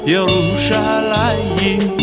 Yerushalayim